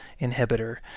inhibitor